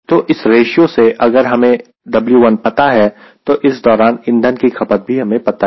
तो इस रेश्यो से अगर हमें W1 पता है तो इस दौरान ईंधन की खपत भी हमें पता है